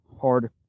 hard